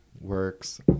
works